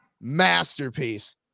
masterpiece